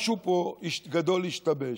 משהו פה גדול השתבש.